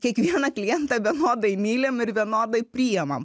kiekvieną klientą vienodai mylim ir vienodai priimam